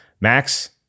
Max